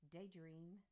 Daydream